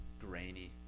grainy